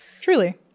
truly